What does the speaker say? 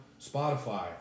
Spotify